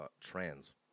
trans